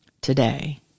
today